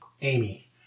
Amy